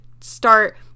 start